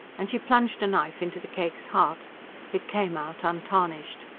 and she plunged a knife into the cake's heart it came out untarnished.